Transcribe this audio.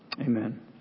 Amen